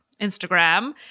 Instagram